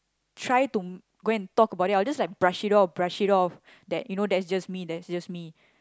try to go and talk about it I will just like brush it off brush it off that you know that's just me that's just me